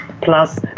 plus